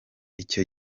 icyo